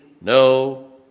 no